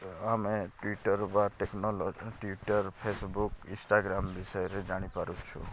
ଆମେ ଟ୍ୱିଟର୍ ବା Twitter Facebook Instagram ବିଷୟରେ ଜାଣିପାରୁଛୁ